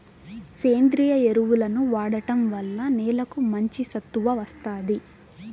సేంద్రీయ ఎరువులను వాడటం వల్ల నేలకు మంచి సత్తువ వస్తాది